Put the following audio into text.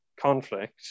conflict